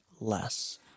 less